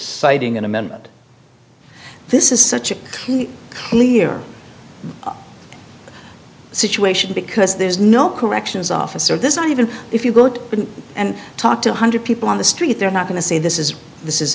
citing an amendment this is such a clear situation because there's no corrections officer this one even if you go out and talk to one hundred people on the street they're not going to say this is this is